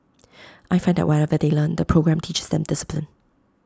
I find that whatever they learn the programme teaches them discipline